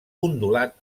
ondulat